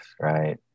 right